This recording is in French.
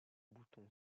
bouton